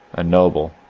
a noble,